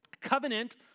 covenant